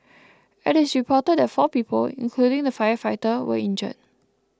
it is reported that four people including the firefighter were injured